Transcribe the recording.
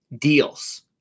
deals